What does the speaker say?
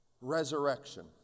resurrection